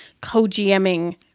co-GMing